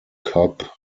cobb